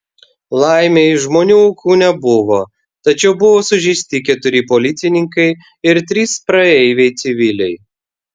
laimei žmonių aukų nebuvo tačiau buvo sužeisti keturi policininkai ir trys praeiviai civiliai